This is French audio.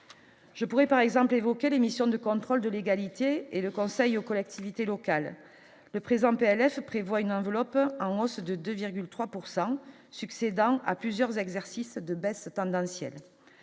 je pourrais par exemple évoquer les missions de contrôle de l'égalité et le conseil aux collectivités locales le présenter prévoit une enveloppe en hausse de 2 3 pourcent succédant à plusieurs exercices de baisse tendancielle,